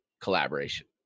collaboration